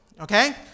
okay